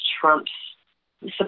Trump's